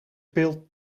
pil